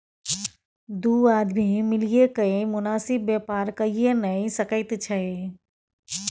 दू आदमी मिलिकए मोनासिब बेपार कइये नै सकैत छै